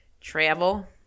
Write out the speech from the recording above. Travel